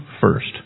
first